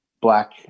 black